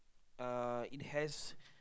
uh it has